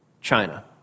China